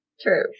True